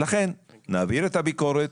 לכן נעביר את הביקורת,